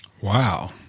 Wow